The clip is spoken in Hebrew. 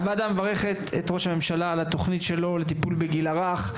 הוועדה מברכת את ראש הממשלה על התוכנית שלו לטיפול בגיל הרך,